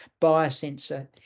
biosensor